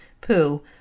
Pooh